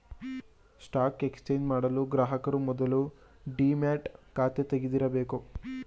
stock exchange ಮಾಡಲು ಗ್ರಾಹಕರು ಮೊದಲು ಡಿಮ್ಯಾಟ್ ಖಾತೆ ತೆಗಿದಿರಬೇಕು